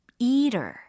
eater